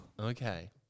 Okay